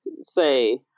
say